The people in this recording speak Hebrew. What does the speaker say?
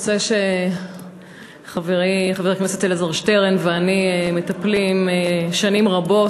נושא שחברי חבר הכנסת אלעזר שטרן ואני מטפלים שנים רבות,